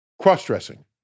Cross-dressing